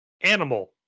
animal